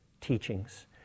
teachings